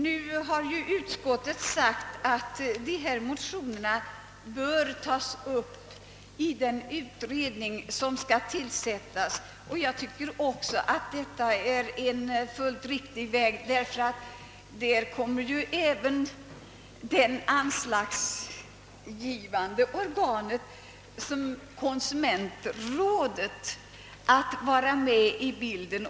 Nu har utskottet sagt att ifrågavarande motioner bör tas upp till behandling i den utredning, som skall tillsättas, och jag tycker också att det är fullt riktigt, ty där kommer ju även det anslagsgivande organet, konsumentrådet, med i bilden.